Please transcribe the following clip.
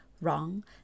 wrong